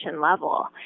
level